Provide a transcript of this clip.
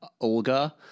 Olga